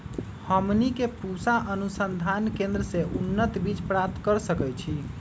हमनी के पूसा अनुसंधान केंद्र से उन्नत बीज प्राप्त कर सकैछे?